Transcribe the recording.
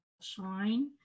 shine